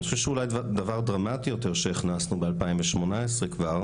אני חושב שאולי דבר דרמטי יותר שהכנסנו ב-2018 כבר,